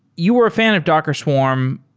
you are a fan of docker swarm,